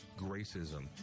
Gracism